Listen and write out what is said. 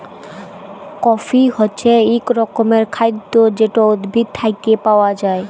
coffee হছে ইক রকমের খাইদ্য যেট উদ্ভিদ থ্যাইকে পাউয়া যায়